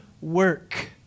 work